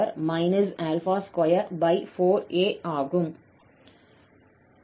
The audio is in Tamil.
ஆகும்